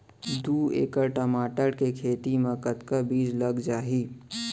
दू एकड़ टमाटर के खेती मा कतका बीजा लग जाही?